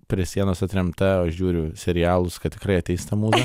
prie sienos atremta o aš žiūriu serialus kad tikrai ateis ta mūza